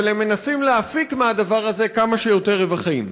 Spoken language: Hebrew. אבל הם מנסים להפיק מהדבר הזה כמה שיותר רווחים.